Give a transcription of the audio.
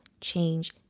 change